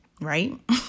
right